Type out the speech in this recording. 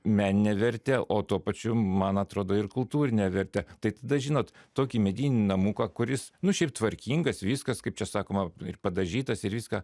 meninę verte o tuo pačiu man atrodo ir kultūrinę vertę tai tada žinot tokį medinį namuką kuris nu šiaip tvarkingas viskas kaip čia sakoma ir padažytas ir viską